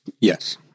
Yes